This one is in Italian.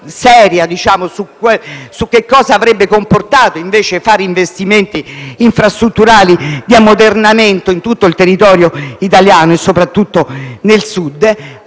seria su cosa avrebbe comportato fare investimenti infrastrutturali di ammodernamento in tutto il territorio italiano, soprattutto al Sud.